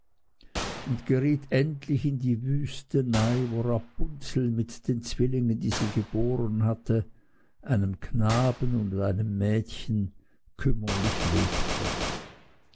und geriet endlich in die wüstenei wo rapunzel mit den zwillingen die sie geboren hatte einem knaben und mädchen kümmerlich lebte